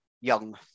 young